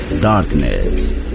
Darkness